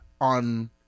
on